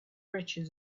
reached